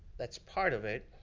that's part of it.